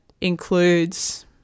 includes